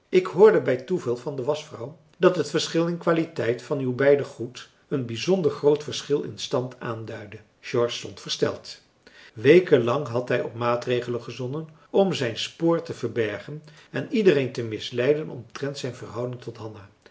ik hoorde bij toeval van de waschvrouw dat het verschil in qualiteit van uw beider goed een bijzonder groot verschil in stand aanduidde george stond versteld weken lang had hij op maatregelen gezonnen om zijn spoor te verbergen en iedereen te misleiden omtrent zijn verhouding tot hanna